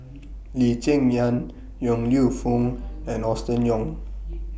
Lee Cheng Yan Yong Lew Foong and Austen Ong